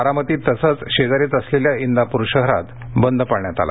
बारामतीत तसंच शेजारीच असलेल्या इंदापूर शहरात बंद पाळण्यात आला